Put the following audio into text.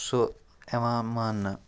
سُہ یِوان ماننہٕ